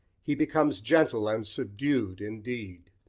he becomes gentle and subdued indeed,